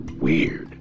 weird